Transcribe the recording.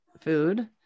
food